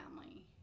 family